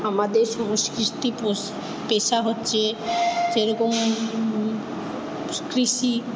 আমাদের সংস্কৃতি পোষ পেশা হচ্ছে যেরকম কৃষি